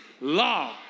law